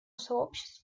сообществу